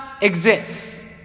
exists